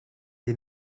des